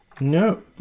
No